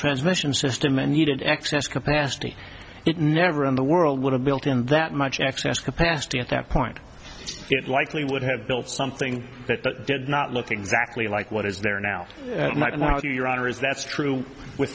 transmission system and needed excess capacity it never in the world would have built in that much excess capacity at that point it likely would have built something that did not look exactly like what is there now and how do your arteries that's true with